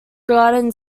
garden